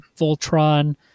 Voltron